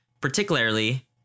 particularly